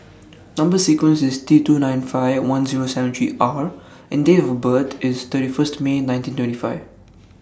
Number sequence IS T two nine five one Zero seven three R and Date of birth IS thirty First May nineteen twenty five